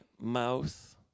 mouth